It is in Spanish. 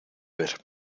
ver